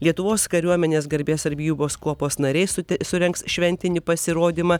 lietuvos kariuomenės garbės sargybos kuopos nariai su surengs šventinį pasirodymą